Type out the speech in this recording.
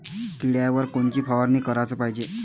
किड्याइवर कोनची फवारनी कराच पायजे?